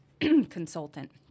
consultant